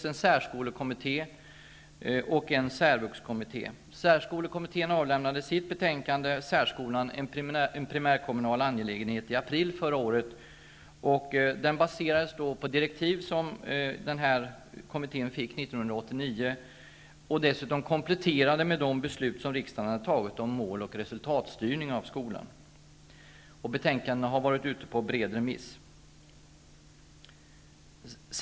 1989 som dessutom kompletterats med de beslut som riksdagen har fattat om mål och resultatstyrning av skolan. Betänkandet har varit ute på bred remiss.